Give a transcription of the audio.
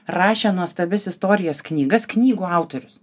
rašė nuostabias istorijos knygas knygų autorius